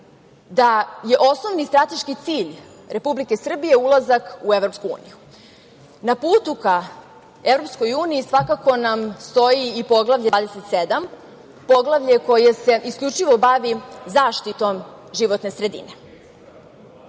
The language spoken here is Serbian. da je osnovni strateški cilj Republike Srbije ulazak u EU. Na putu ka EU svakako nam stoji i Poglavlje 27, poglavlje koje se isključivo bavi zaštitom životne sredine. Srbija